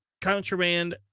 Contraband